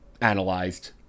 analyzed